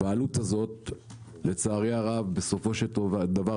העלות הזו לצערי הרב בסופו של דבר